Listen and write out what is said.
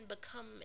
become